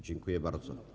Dziękuję bardzo.